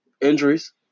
Injuries